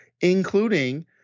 including